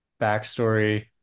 backstory